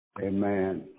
amen